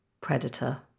Predator